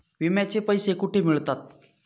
विम्याचे पैसे कुठे मिळतात?